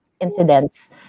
incidents